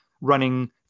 running